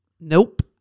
Nope